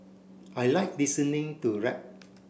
I like listening to rap